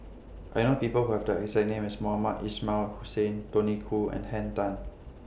I know People Who Have The exact name as Mohamed Ismail Hussain Tony Khoo and Henn Tan